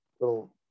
little